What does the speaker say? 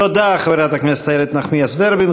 תודה, חברת הכנסת איילת נחמיאס ורבין.